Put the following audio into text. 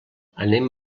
anem